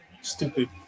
Stupid